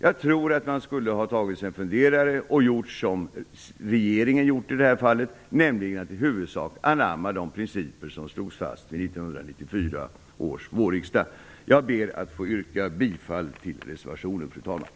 Jag tror att man skulle ha tagit sig en funderare och gjort som regeringen i det här fallet, dvs. man skulle i huvudsak ha anammat de principer som slogs fast i 1994 års vårriksdag. Jag ber att få yrka bifall till reservationen, fru talman!